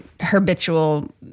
habitual